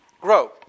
grow